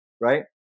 right